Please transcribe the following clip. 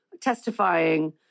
testifying